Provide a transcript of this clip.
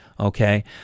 Okay